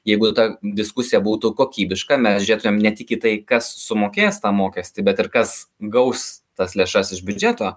jeigu ta diskusija būtų kokybiška mes žiūrėtumėm ne tik į tai kas sumokės tą mokestį bet ir kas gaus tas lėšas iš biudžeto